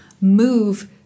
move